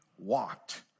walked